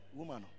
woman